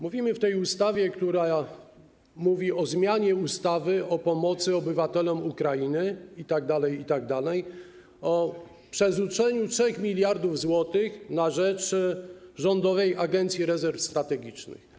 Mówimy w tej ustawie, która dotyczy zmiany ustawy o pomocy obywatelom Ukrainy itd., itd., o przerzuceniu 3 mld zł na rzecz Rządowej Agencji Rezerw Strategicznych.